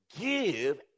give